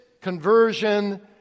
conversion